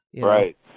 Right